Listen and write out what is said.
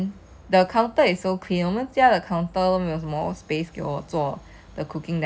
like 你可以 just use as many cutlery or whatever as you want right while you're cooking